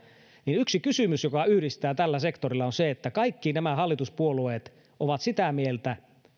niin yksi kysymys joka yhdistää tällä sektorilla on se että kaikki hallituspuolueet ovat sitä mieltä